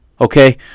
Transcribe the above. Okay